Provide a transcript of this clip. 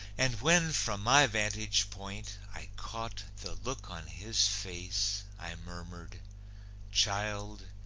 and when, from my vantage point, i caught the look on his face, i murmured child,